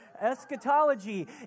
Eschatology